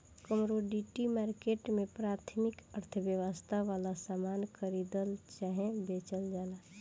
commodity market में प्राथमिक अर्थव्यवस्था वाला सामान खरीदल चाहे बेचल जाला